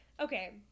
Okay